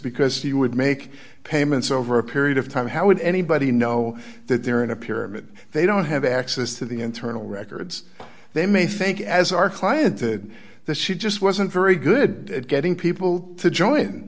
because he would make payments over a period of time how would anybody know that they're in a pyramid they don't have access to the internal records they may think as our client did that she just wasn't very good at getting people to join